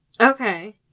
Okay